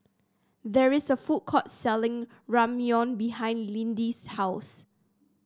there is a food court selling Ramyeon behind Lidie's house